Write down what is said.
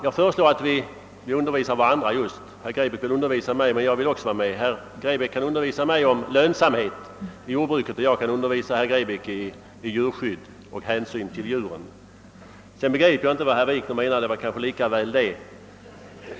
Jag vill nog hellre att herr Grebäck undervisar mig om jordbrukets lönsamhet, så kan jag undervisa herr Grebäck om djurskydd och hänsyn till djuren. Jag begriper inte riktigt vad herr Wikner menar och det är kanske lika bra.